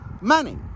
money